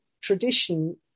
tradition